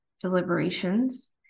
deliberations